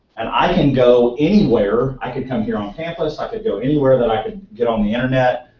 and i can go anywhere, i could come here on campus, i could go anywhere that i could get on the internet,